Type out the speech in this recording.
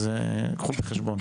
קחו את זה בחשבון,